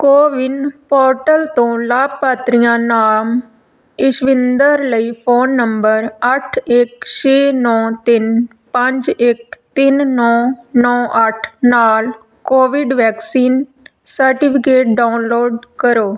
CoWIN portal ਤੋਂ ਲਾਭਪਾਤਰੀ ਨਾਮ ਇਸ਼ਵਿੰਦਰ ਲਈ ਫ਼ੋਨ ਨੰਬਰ ਅੱਠ ਇੱਕ ਛੇ ਨੌ ਤਿੰਨ ਪੰਜ ਇੱਕ ਤਿੰਨ ਨੌ ਨੌ ਅੱਠ ਨਾਲ ਕੋਵਿਡ ਵੈਕਸੀਨ ਸਰਟੀਫਿਕੇਟ ਡਾਊਨਲੋਡ ਕਰੋ